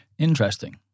Interesting